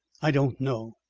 i don't now.